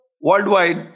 worldwide